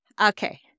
okay